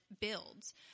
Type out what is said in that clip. builds